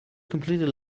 completely